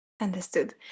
Understood